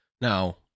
Now